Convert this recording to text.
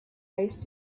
rise